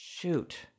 shoot